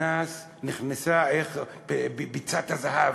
נכנסה ביצת הזהב,